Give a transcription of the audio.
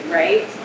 right